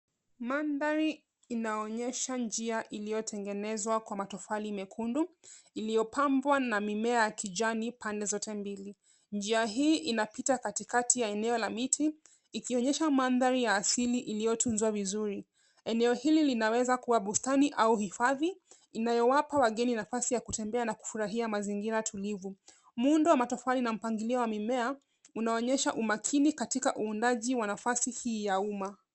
Mandhari inaonyesha njia iliyotengenezwa kwa matofali mekundu, iliyopambwa na mimea ya kijani pande zote mbili. Njia hii inapita katikati ya eneo la miti, ikionyesha mandhari ya asili iliyotunzwa vizuri. Eneo hili linaweza kuwa bustani au hifadhi, inayowapa wageni nafasi ya kutembea na kufurahia mazingira tulivu. Muundo wa matofali na mpangilio wa mimea, unaonyesha umakini katika uundaji wa nafasi hii ya umma.